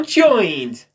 joined